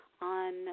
on